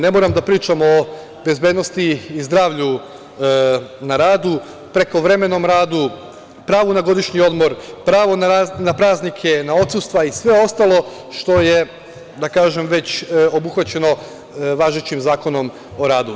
Ne moram da pričam o bezbednosti i zdravlju na radu, prekovremenom radu, pravu na godišnji odmor, pravo na praznike, odsustva i sve ostalo što je već obuhvaćeno važećim Zakonom o radu.